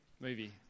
movie